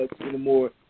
anymore